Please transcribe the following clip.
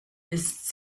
ist